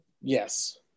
yes